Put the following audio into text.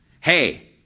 Hey